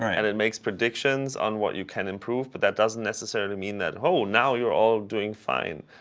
and it makes predictions on what you can improve. but that doesn't necessarily mean that, oh, now you're all doing fine.